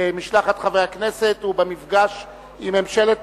משלחת חברי הכנסת, והמפגש עם ממשלת פולניה.